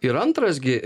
ir antras gi